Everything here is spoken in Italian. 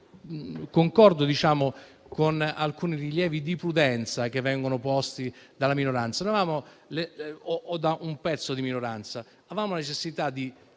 Concordo con alcuni rilievi di prudenza che vengono posti dalla minoranza o da una sua parte.